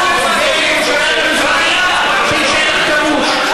באל-קודס, בירושלים המזרחית, שהיא שטח כבוש.